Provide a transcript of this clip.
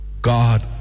God